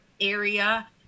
area